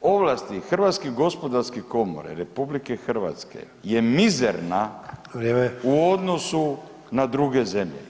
ovlasti Hrvatske gospodarske komore RH je mizerna u odnosu [[Upadica: Vrijeme.]] na druge zemlje.